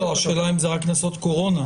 השאלה אם זה רק קנסות קורונה.